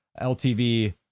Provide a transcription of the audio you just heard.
LTV